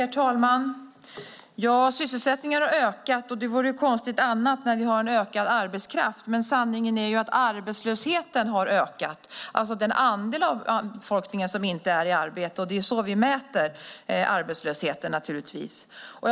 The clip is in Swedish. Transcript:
Herr talman! Sysselsättningen har ökat, och det vore konstigt annars när vi har en ökad arbetskraft. Sanningen är att arbetslösheten har ökat, alltså den andel av befolkningen som inte är i arbete, och det är så vi naturligtvis mäter arbetslösheten.